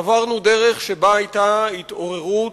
עברנו דרך שבה היתה התעוררות,